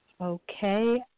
Okay